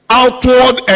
outward